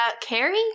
carrie